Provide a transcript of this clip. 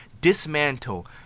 dismantle